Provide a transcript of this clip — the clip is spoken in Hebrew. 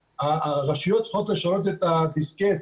הרשויות צריכות לשנות את הדיסקט.